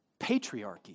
patriarchy